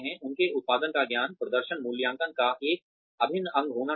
उनके उत्पादन का ज्ञान प्रदर्शन मूल्यांकन का एक अभिन्न अंग होना चाहिए